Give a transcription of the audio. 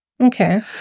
Okay